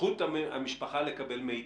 זכות המשפחה לקבל מידע.